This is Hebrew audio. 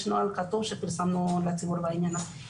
יש נוהל כתוב שפרסמנו לציבור בעניין הזה.